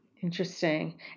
Interesting